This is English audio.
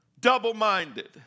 double-minded